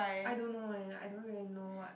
I don't know eh I don't really know what